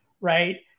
right